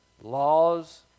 laws